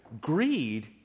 Greed